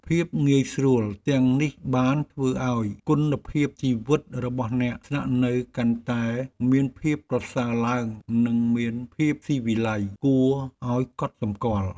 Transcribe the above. ភាពងាយស្រួលទាំងនេះបានធ្វើឱ្យគុណភាពជីវិតរបស់អ្នកស្នាក់នៅកាន់តែមានភាពប្រសើរឡើងនិងមានភាពស៊ីវិល័យគួរឱ្យកត់សម្គាល់។